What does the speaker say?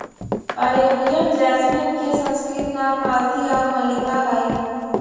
Arabian jasmine के संस्कृत नाम मालती आउ मल्लिका हइ